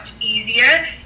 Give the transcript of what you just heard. easier